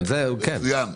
מצוין.